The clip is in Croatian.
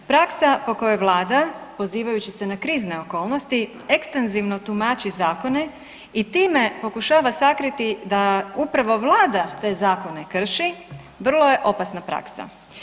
Praksa po kojoj Vlada, pozivajući se na krizne okolnosti ekstenzivno tumači zakone i time pokušava sakriti da upravo Vlada te zakone krši, vrlo je opasna praksa.